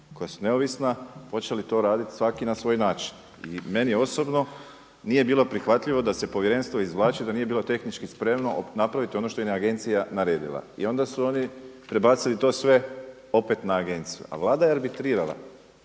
koja su neovisna počeli to raditi svaki na svoj način. I meni osobno nije bilo prihvatljivo da se povjerenstvo izvlači da nije bilo tehnički spremno napraviti ono što je agencija naradila. I onda su oni prebacili to sve opet na agenciju. A vlada je arbitrirala